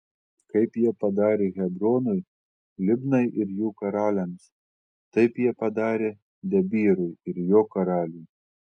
kaip jie padarė hebronui libnai ir jų karaliams taip jie padarė debyrui ir jo karaliui